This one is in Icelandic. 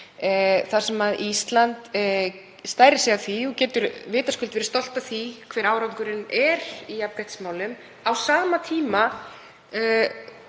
þar sem Ísland stærir sig af því og getur vitaskuld verið stolt af því hver árangurinn er í jafnréttismálum, en á sama tíma